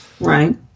Right